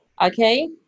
okay